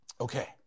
Okay